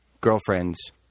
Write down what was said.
girlfriends